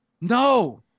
No